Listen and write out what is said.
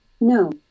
No